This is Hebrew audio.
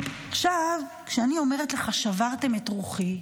עכשיו, כשאני אומרת לך ששברתם את רוחי,